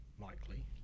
likely